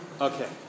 Okay